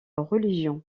religion